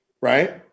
right